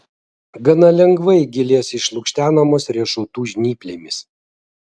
gana lengvai gilės išlukštenamos riešutų žnyplėmis